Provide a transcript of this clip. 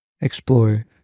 explore